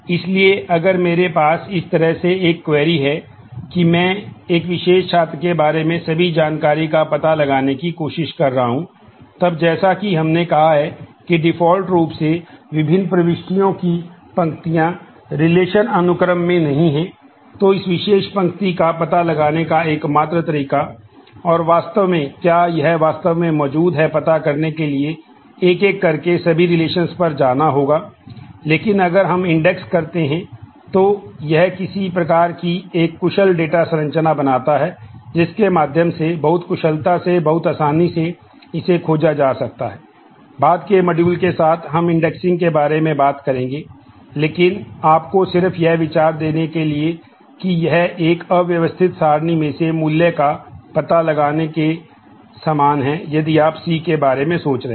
इसलिए अगर मेरे पास इस तरह से एक क्वेरी के बारे में सोच रहे हैं